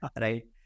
right